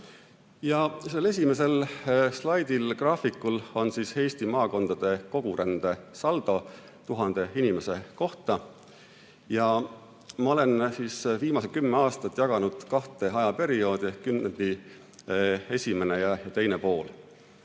Sellel esimesel slaidil, graafikul, on Eesti maakondade kogurände saldo 1000 inimese kohta. Ma olen viimased kümme aastat jaganud kahte ajaperioodi: kümnendi esimene ja teine pool.